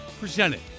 presented